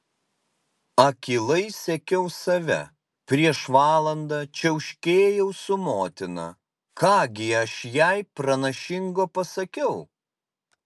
akylai sekiau save prieš valandą čiauškėjau su motina ką gi aš jai pranašingo pasakiau